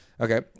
Okay